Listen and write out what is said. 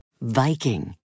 Viking